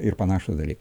ir panašūs dalykai